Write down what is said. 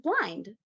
blind